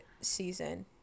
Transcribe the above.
season